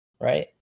right